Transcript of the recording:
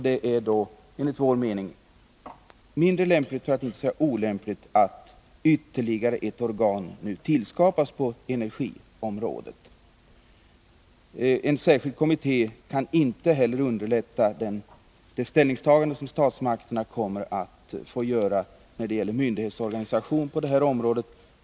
Det är därför enligt vår mening mindre lämpligt — för att inte säga olämpligt — att ytterligare ett organ nu tillskapas på energiområdet. En särskild kommitté kan inte heller underlätta det ställningstagande som statsmakterna kommer att få göra när det gäller myndighetsorganisation på det här området.